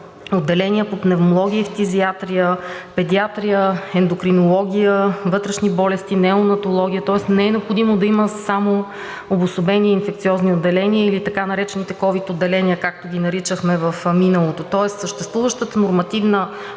отделения по пневмология и фтизиатрия, педиатрия, ендокринология, вътрешни болести, неонатология. Не е необходимо да има само обособени инфекциозни отделения или така наречените ковид отделения, както ги наричахме в миналото. Тоест съществуващата нормативна